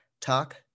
talk